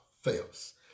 fails